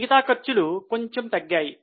మిగతా ఖర్చులు కొంచెం తగ్గాయి